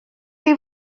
chi